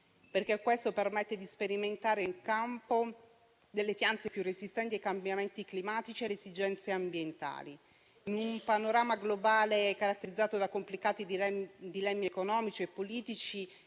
perché permette di sperimentare in campo delle piante più resistenti ai cambiamenti climatici e alle esigenze ambientali. In un panorama globale caratterizzato da complicati dilemmi economici e politici,